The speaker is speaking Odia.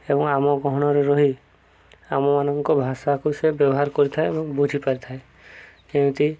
ଏବଂ ଆମ ଗହଣରେ ରହି ଆମମାନଙ୍କ ଭାଷାକୁ ସେ ବ୍ୟବହାର କରିଥାଏ ଏବଂ ବୁଝିପାରିଥାଏ ଯେମିତି